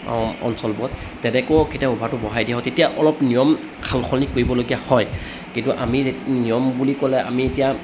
অ অঞ্চলবোৰত তেনেকৈও কেতিয়াবা অভাৰটো বঢ়াই দিয়া হয় তেতিয়া অলপ নিয়ম সাল সলনি কৰিবলগীয়া হয় কিন্তু আমি যেত নিয়ম বুলি ক'লে আমি এতিয়া